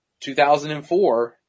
2004